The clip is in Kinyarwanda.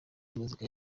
muzika